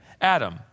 Adam